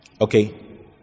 Okay